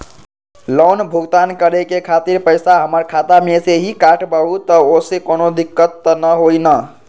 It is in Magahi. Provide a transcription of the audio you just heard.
लोन भुगतान करे के खातिर पैसा हमर खाता में से ही काटबहु त ओसे कौनो दिक्कत त न होई न?